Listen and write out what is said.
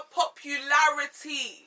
popularity